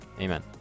Amen